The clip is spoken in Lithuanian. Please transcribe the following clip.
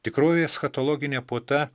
tikrovėj eschatologinė puota